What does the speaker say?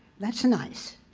that's nice.